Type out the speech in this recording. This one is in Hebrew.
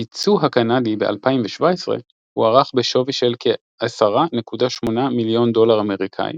הייצוא הקנדי ב-2017 הוערך בשווי של כ-10.8 מיליון דולר אמריקאי